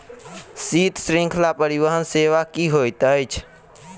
शीत श्रृंखला परिवहन सेवा की होइत अछि?